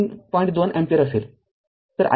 २ ampere असेल